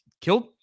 Killed